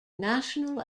national